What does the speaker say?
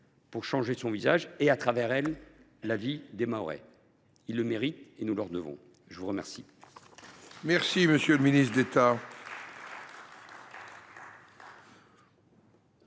pour changer son visage et, à travers elle, la vie des Mahorais. Ils le méritent et nous le leur devons. La parole